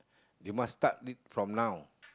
you must start read from now